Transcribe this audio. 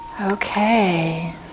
Okay